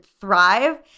thrive